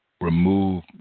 remove